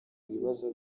ibibazo